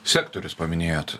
sektorius paminėjot